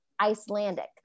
Icelandic